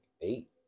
eight